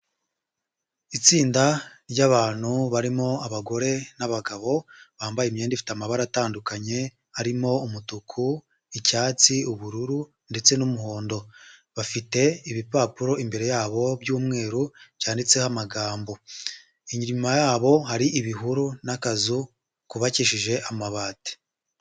Itsinda ry'abantu barimo abagore n'abagabo bambaye imyenda ifite amabara atandukanye harimo umutuku, icyatsi, ubururu ndetse n'umuhondo bafite ibipapuro imbere yabo by'umweru byanditseho amagambo inyuma yabo hari ibihuru n'akazu kubabakishije amabati.